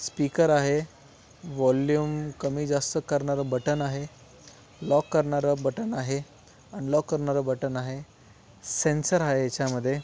speaker आहे volume कमी जास्त करणारं बटन आहे लॉक करणारं बटन आहे अनलॉक करणारं बटन आहे सेन्सर आहे येच्यामध्ये